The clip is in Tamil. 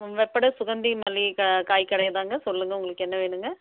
ம் வெப்படை சுகந்தி மளிகை கா காய் கடைதாங்க சொல்லுங்கள் உங்களுக்கு என்ன வேணுங்க